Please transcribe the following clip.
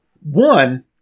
One